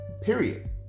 Period